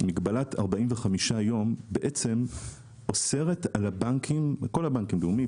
מגבלת 45 יום שאוסרת על כול הבנקים לאומי,